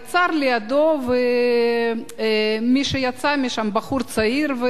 הוא עצר לידו וראה שמי שיצא ממנו הוא בחור צעיר.